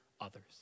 others